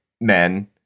men